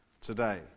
today